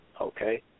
okay